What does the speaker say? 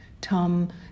Tom